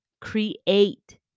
create